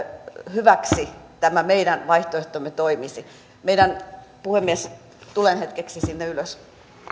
hyväksi tämä meidän vaihtoehtomme toimisi puhemies tulen hetkeksi sinne ylös